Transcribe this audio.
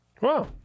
Wow